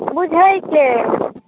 बुझैत छियै